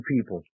people